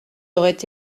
auraient